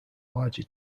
larger